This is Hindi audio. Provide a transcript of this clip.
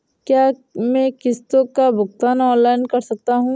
क्या मैं किश्तों का भुगतान ऑनलाइन कर सकता हूँ?